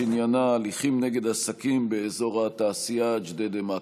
שעניינה הליכים כלפי עסקים באזור התעשייה ג'דיידה-מכר.